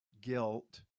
guilt